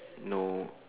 no